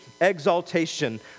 exaltation